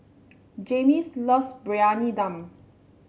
Jaymes loves Briyani Dum